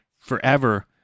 forever